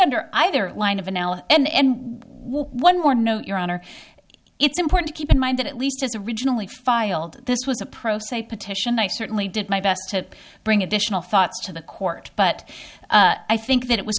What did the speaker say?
under either line of analysis and one more note your honor it's important to keep in mind that at least as originally filed this was a pro se petition i certainly did my best to bring additional thoughts to the court but i think that it was